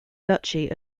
duchy